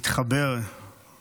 / מתערב מי אויב ומי ידיד".